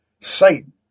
Satan